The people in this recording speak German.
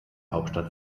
hauptstadt